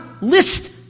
list